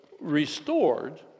restored